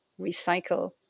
recycle